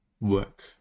work